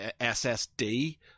SSD